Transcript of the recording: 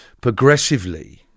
progressively